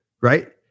right